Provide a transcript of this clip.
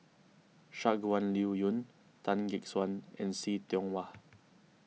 Shangguan Liuyun Tan Gek Suan and See Tiong Wah